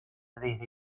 desde